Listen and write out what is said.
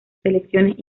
selecciones